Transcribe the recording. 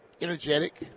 energetic